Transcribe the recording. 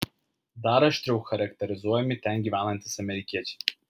dar aštriau charakterizuojami ten gyvenantys amerikiečiai